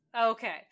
okay